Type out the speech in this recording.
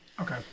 Okay